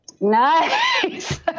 Nice